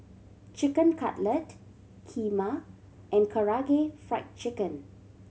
Chicken Cutlet Kheema and Karaage Fried Chicken